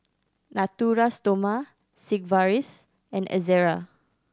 Natura Stoma Sigvaris and Ezerra